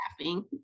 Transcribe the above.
laughing